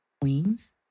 Queens